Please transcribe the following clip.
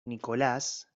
nicolás